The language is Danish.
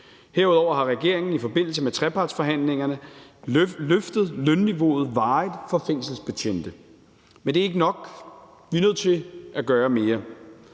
Herudover har regeringen i forbindelse med trepartsforhandlingerne løftet lønniveauet varigt for fængselsbetjente. Men det er ikke nok. Vi er nødt til at gøre mere,